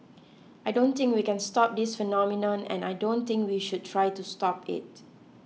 I don't think we can stop this phenomenon and I don't think we should try to stop it